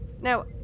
Now